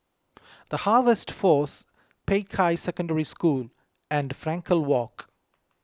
the Harvest force Peicai Secondary School and Frankel Walk